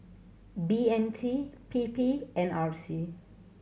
B M T P P and R C